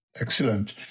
Excellent